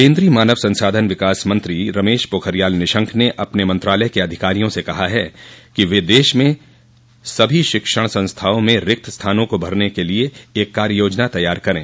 केन्द्रीय मानव संसाधन विकास मंत्री रमेश पोखरियाल निशंक ने अपने मंत्रालय के अधिकारियों से कहा है कि वे देश में सभी शिक्षण संस्थाओं में रिक्त स्थानों को भरने के लिए एक कार्य योजना तैयार करें